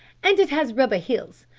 and it has rubber heels.